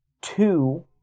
Two